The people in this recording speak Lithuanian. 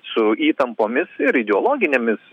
su įtampomis ir ideologinėmis